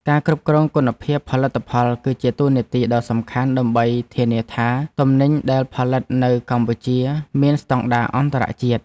ការគ្រប់គ្រងគុណភាពផលិតផល គឺជាតួនាទីដ៏សំខាន់ដើម្បីធានាថាទំនិញដែលផលិតនៅកម្ពុជាមានស្តង់ដារអន្តរជាតិ។